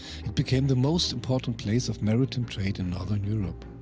became the most important place of maritime trade in northern europe.